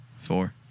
four